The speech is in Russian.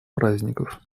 праздников